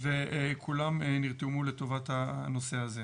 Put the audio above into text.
וכולם נרתמו לטובת הנושא הזה.